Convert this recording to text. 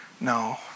no